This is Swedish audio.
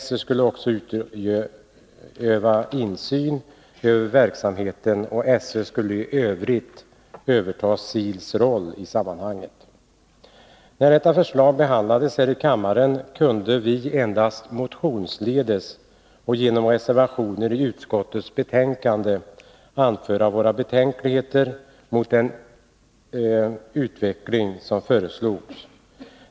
SÖ skulle också utöva tillsyn över verksamheten och i övrigt överta SIL:s roll i sammanhanget. När detta förslag behandlades här i kammaren kunde vi endast motionsledes och genom reservationer i utskottets betänkande anföra våra betänk ligheter mot den utveckling som föreslogs.